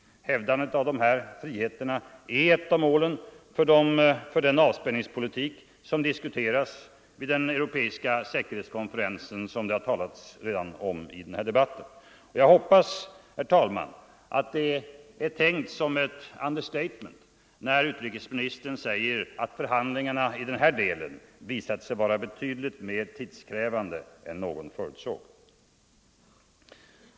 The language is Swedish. Hävdandet av dessa friheter är ett av målen för den avspänningspolitik som diskuteras vid den europeiska säkerhetskonferensen, som det redan talats om i den här debatten. Jag hoppas, herr talman, att det är tänkt som ett understatement när utrikesministern säger att förhandlingarna i den delen ”visat sig vara betydligt mer tidskrävande än någon förutsåg”.